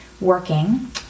working